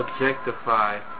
objectify